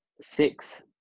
Six